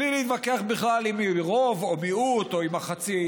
בלי להתווכח בכלל אם היא רוב או מיעוט או אם היא מחצית,